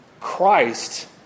Christ